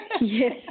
Yes